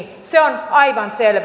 se on aivan selvä